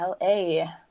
LA